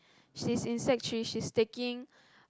she's in sec three she's taking